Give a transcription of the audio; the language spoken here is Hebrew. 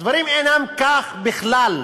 הדברים אינם כך בכלל,